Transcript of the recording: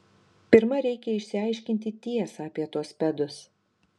pirma reikia išsiaiškinti tiesą apie tuos pedus